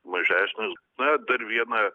mažesnis na dar viena